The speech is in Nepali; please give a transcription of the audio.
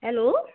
हेलो